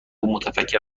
متفکر